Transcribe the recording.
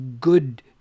good